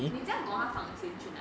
你这样懂他放钱去那里